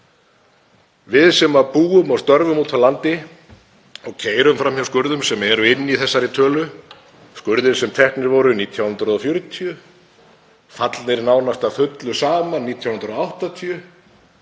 Við sem búum og störfum úti á landi og keyrum fram hjá skurðum sem eru inni í þessari tölu, skurðum sem teknir voru 1940, nánast fallnir að fullu saman 1980,